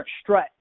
strut